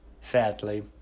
sadly